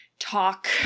talk